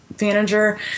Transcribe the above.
manager